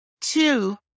Two